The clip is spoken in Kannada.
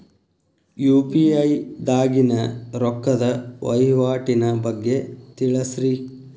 ಯು.ಪಿ.ಐ ದಾಗಿನ ರೊಕ್ಕದ ವಹಿವಾಟಿನ ಬಗ್ಗೆ ತಿಳಸ್ರಿ